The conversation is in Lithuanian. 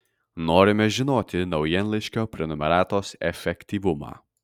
norime žinoti naujienlaiškio prenumeratos efektyvumą